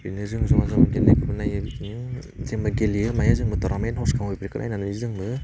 बिदिनो जों जमा जमा गेलेनायखौबो नायो बिदिनो जेनेबा गेलेयो मायो जोंबोथ' रमेन हसक' बेखौ नायनानै जोंबो